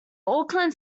auckland